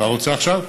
תפרש את מה שאמרת.